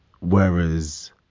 Whereas